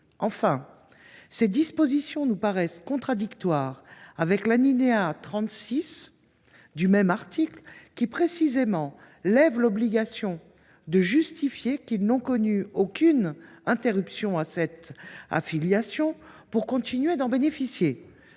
Enfin, ces dispositions nous apparaissent contradictoires avec un autre alinéa du même article, qui, précisément, les dispense de l’obligation de justifier qu’ils n’ont connu aucune interruption à cette affiliation pour continuer d’en bénéficier.